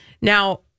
Now